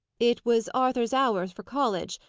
it was arthur's hour for college,